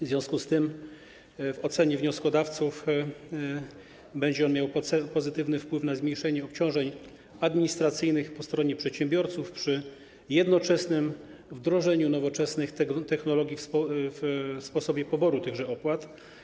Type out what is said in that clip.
W związku z tym, w ocenie wnioskodawców, będzie miał on pozytywny wpływ na zmniejszenie obciążeń administracyjnych po stronie przedsiębiorców przy jednoczesnym wdrożeniu nowoczesnych technologii w sposobie poboru tychże opłat.